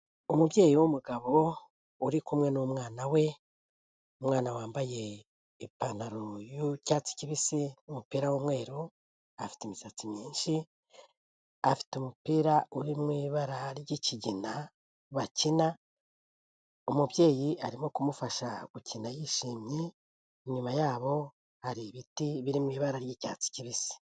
Umubyeyi w'umugabo uri kumwe n'umwana we, umwana wambaye ipantaro y'icyatsi kibisi n'umupira w'umweru, afite imisatsi myinshi afite umupira uri mu ibara ry'ikigina bakina, umubyeyi arimo kumufasha gukina yishimye, inyuma yabo hari ibiti biri mu ibara ry'icyatsi kibisi.